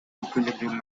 equilibrium